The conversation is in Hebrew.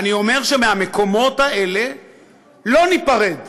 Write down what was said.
אני אומר שמהמקומות האלה לא ניפרד.